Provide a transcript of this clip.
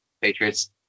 Patriots